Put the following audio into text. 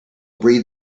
breed